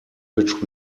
which